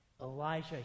Elijah